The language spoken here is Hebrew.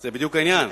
זה בדיוק העניין.